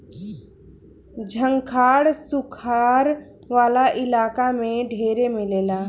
झंखाड़ सुखार वाला इलाका में ढेरे मिलेला